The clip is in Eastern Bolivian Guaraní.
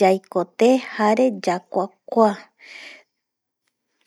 yaikote jare yakuakua